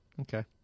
Okay